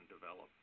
develop